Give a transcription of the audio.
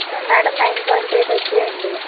madam nine point eight వచ్చాయి అండి